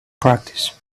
practice